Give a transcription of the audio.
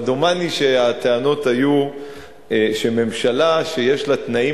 אבל דומני שהטענות היו שממשלה שיש לה תנאים